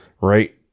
Right